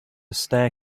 stair